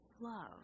love